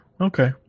Okay